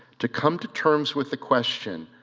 to come to terms with the question,